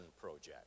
project